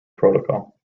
protocol